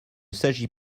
s’agit